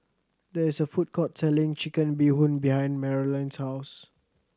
there is a food court selling Chicken Bee Hoon behind Marolyn's house